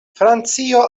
francio